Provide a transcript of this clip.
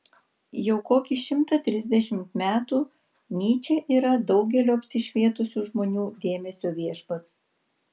jau kokį šimtą trisdešimt metų nyčė yra daugelio apsišvietusių žmonių dėmesio viešpats